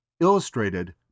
illustrated